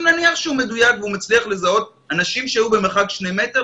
נניח שהוא מדויק והוא מצליח לזהות אנשים שהיו במרחק שני מטר,